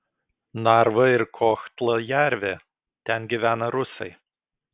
narva ir kohtla jervė ten gyvena rusai